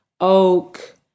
Oak